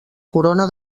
corona